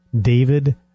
David